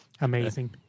Amazing